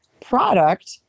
product